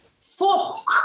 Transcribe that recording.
fuck